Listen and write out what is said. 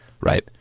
right